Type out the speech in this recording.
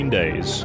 days